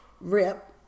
Rip